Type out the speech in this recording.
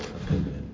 opinion